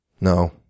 No